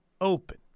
Open